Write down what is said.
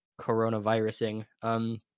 coronavirusing